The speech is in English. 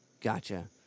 Gotcha